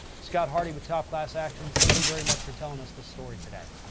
scott hardy with top class actions. thank you very much for telling us this story today.